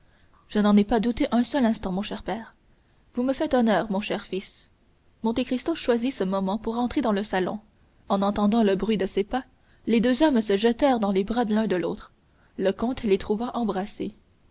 je n'en ai pas douté un seul instant mon cher père vous me faites honneur mon cher fils monte cristo choisit ce moment pour rentrer dans le salon en entendant le bruit de ses pas les deux hommes se jetèrent dans les bras l'un de l'autre le comte les trouva embrassés